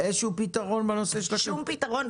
שום פתרון.